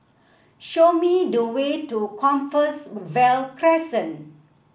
show me the way to Crescent